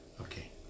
Okay